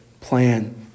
plan